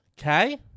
okay